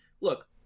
look